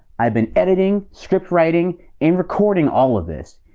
i've been editing, script writing, and recording all of this.